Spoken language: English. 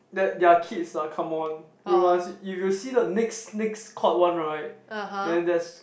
that they are kids ah come on you must if you see the next next court [one] right then that's